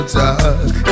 talk